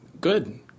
good